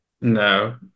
No